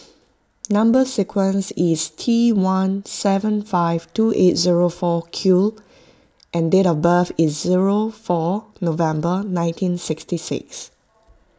Number Sequence is T one seven five two eight zero four Q and date of birth is zero four November nineteen sixty six